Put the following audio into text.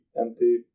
empty